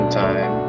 time